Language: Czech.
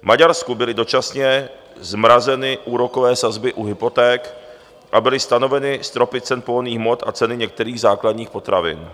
V Maďarsku byly dočasně zmrazeny úrokové sazby u hypoték a byly stanoveny stropy cen pohonných hmot a ceny některých základních potravin.